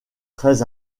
très